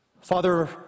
Father